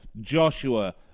Joshua